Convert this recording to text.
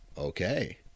Okay